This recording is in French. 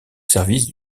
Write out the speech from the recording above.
service